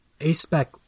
A-spec